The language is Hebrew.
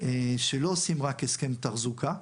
שלא עושים רק הסכם תחזוקה,